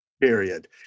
Period